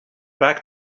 back